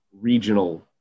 regional